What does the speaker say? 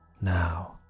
now